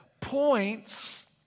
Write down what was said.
points